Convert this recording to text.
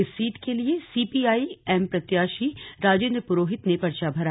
इस सीट के लिए सी पी आई एम प्रत्याशी राजेंद्र पुरोहित ने पर्चा भरा